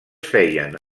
feien